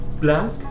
Black